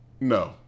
No